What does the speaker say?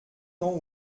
temps